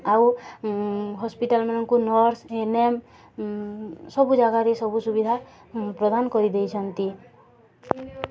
ଆଉ ହସ୍ପିଟାଲମାନଙ୍କୁ nurse ANM ସବୁ ଜାଗାରେ ସବୁ ସୁବିଧା ପ୍ରଦାନ କରିଦେଇଛନ୍ତି